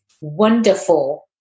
wonderful